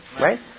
Right